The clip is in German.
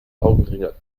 augenringe